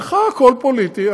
אצלך הכול פוליטי,